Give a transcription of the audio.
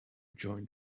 joined